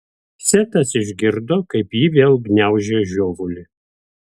setas išgirdo kaip ji vėl gniaužia žiovulį